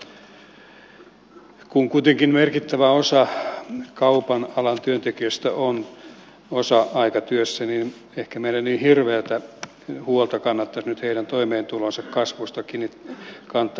sitten toisaalta kun kuitenkin merkittävä osa kaupan alan työntekijöistä on osa aikatyössä niin ehkä meillä ei niin hirveätä huolta kannattaisi nyt heidän toimeentulonsa kasvusta kantaa